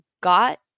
got –